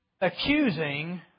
accusing